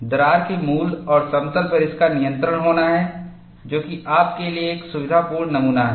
दरार के मूल और समतल पर इसका नियंत्रण होना है जो कि आप के लिए एक सुविधापूर्ण नमूना है